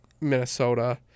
Minnesota